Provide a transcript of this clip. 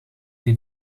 die